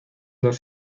dos